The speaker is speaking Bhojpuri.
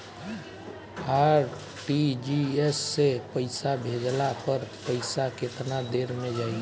आर.टी.जी.एस से पईसा भेजला पर पईसा केतना देर म जाई?